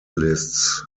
lists